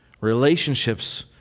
Relationships